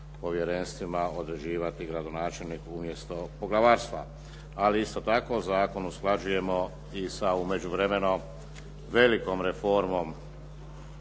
povjerenstvima određivati gradonačelnik umjesto poglavarstva. Ali isto tako zakon usklađujemo i sa u međuvremenom velikom reformom